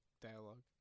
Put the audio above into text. dialogue